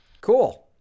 Cool